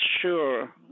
sure